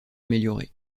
amélioré